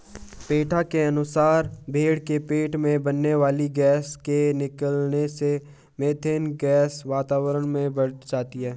PETA के अनुसार भेंड़ के पेट में बनने वाली गैस के निकलने से मिथेन गैस वातावरण में बढ़ जाती है